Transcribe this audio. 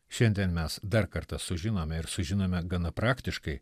šiandien mes dar kartą sužinome ir sužinome gana praktiškai